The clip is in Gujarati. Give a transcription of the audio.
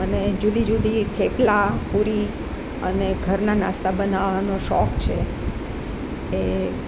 મને જુદી જુદી થેપલા પૂરી અને ઘરના નાસ્તા બનાવવાનો શોખ છે એ